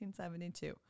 1972